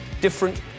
different